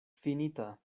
finita